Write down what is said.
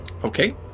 Okay